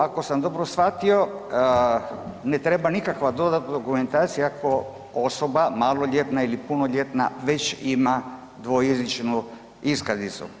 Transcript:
Ako sam dobro shvatio, ne treba nikakva dodatna dokumentacija ako osoba maloljetna ili punoljetna već ima dvojezičnu iskaznicu.